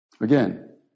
Again